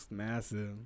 massive